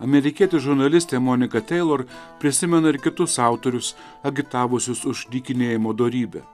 amerikietė žurnalistė monika teilor prisimena ir kitus autorius agitavusius už dykinėjimo dorybę